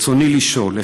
נוספת,